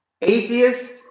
atheist